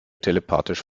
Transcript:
telepathisch